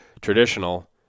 traditional